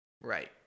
Right